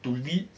to lead